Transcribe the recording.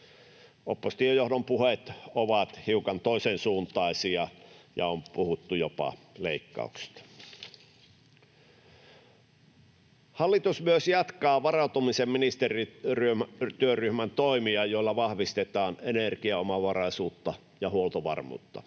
Oppositiojohdon puheet ovat hiukan toisensuuntaisia, ja on puhuttu jopa leikkauksista. Hallitus myös jatkaa varautumisen ministerityöryhmän toimia, joilla vahvistetaan energiaomavaraisuutta ja huoltovarmuutta.